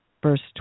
Verse